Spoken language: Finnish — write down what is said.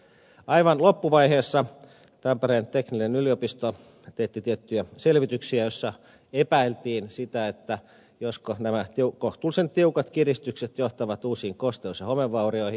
aivan loppuvaiheessa tampereen teknillinen yliopisto teetti tiettyjä selvityksiä joissa epäiltiin sitä josko nämä kohtuullisen tiukat kiristykset johtavat uusiin kosteus ja homevaurioihin